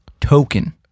token